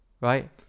right